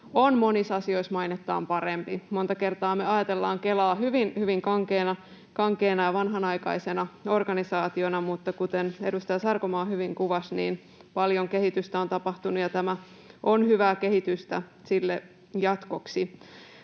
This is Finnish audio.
on monissa asioissa mainettaan parempi. Monta kertaa ajatellaan Kelaa hyvin hyvin kankeana ja vanhanaikaisena organisaationa, mutta kuten edustaja Sarkomaa hyvin kuvasi, paljon kehitystä on tapahtunut, ja tämä on hyvää kehitystä sille jatkoksi.